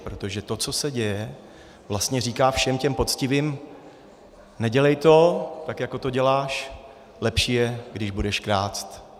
Protože to, co se děje, vlastně říká všem těm poctivým: nedělej to, tak jako to děláš, lepší je, když budeš krást.